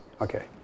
Okay